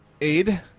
Aid